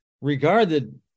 regarded